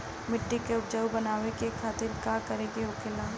मिट्टी की उपजाऊ बनाने के खातिर का करके होखेला?